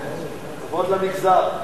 כבוד למגזר.